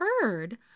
heard